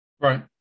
Right